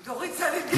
דורית סלינגר?